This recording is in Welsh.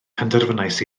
penderfynais